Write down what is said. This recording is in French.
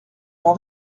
m’en